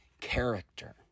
character